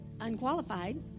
unqualified